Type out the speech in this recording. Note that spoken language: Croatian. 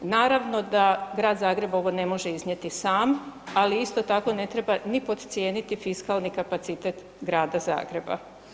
Naravno da Grad Zagreb ovo ne može iznijeti sam, ali isto tako ne treba ni podcijeniti ni fiskalni kapacitet Grada Zagreba.